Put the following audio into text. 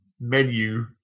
menu